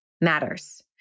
matters